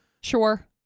Sure